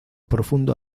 profundo